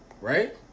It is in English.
Right